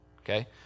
okay